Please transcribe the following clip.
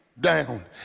down